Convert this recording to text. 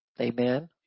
Amen